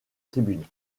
tribune